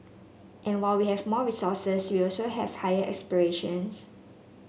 and while we have more resources we also have higher aspirations